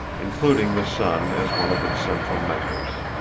including the sun as one of its central members.